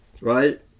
right